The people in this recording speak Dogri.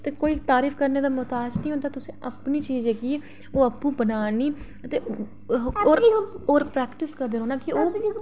ते कोई तारीफ करने दा मोहताज निं होंदा ते तुसें अपनी चीज जेह्की ऐ ओह् आपूं बनानी ते होर प्रैक्टिस करदे रौह्ना कि ओह्